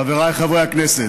חבריי חברי הכנסת,